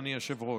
אדוני היושב-ראש.